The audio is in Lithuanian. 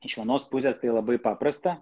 iš vienos pusės tai labai paprasta